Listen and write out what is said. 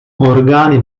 orgány